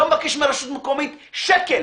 לא מבקש מהרשות המקומית שקל,